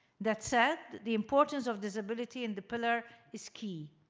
that said, the importance of disability in the pillar is key.